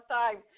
time